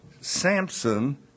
Samson